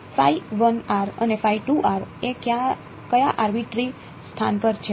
અને એ કયા આરબીટરી સ્થાન પર છે